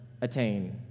attain